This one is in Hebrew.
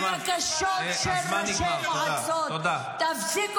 לא, לא, לא, לא לפתוח, לא לפתוח.